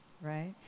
right